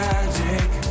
Magic